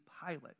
pilot